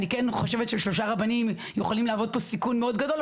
אני כן חושבת ששלושה רבנים יכולים להוות פה סיכון מאוד גדול,